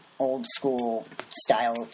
old-school-style